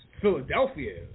philadelphia